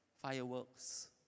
fireworks